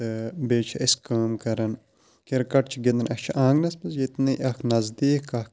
تہٕ بیٚیہِ چھِ أسۍ کٲم کَران کِرکَٹ چھِ گِنٛدان اَسہِ چھِ آنٛگنَس منٛز ییٚتہِ نٕے اَکھ نٔزدیٖک اَکھ